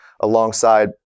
alongside